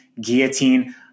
guillotine